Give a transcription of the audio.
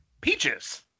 Peaches